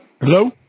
Hello